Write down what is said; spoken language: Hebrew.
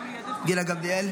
גילה גמליאל?